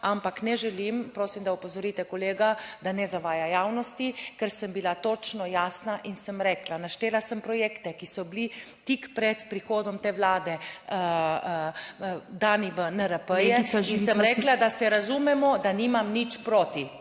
ampak ne želim. Prosim, da opozorite kolega, da ne zavaja javnosti, ker sem bila točno jasna in sem rekla, naštela sem projekte, ki so bili tik pred prihodom te Vlade dani v NRP. Sem rekla, da se razumemo, da nimam nič proti.